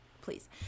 please